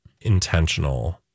intentional